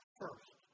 first